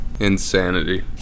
Insanity